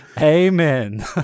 Amen